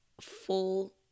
full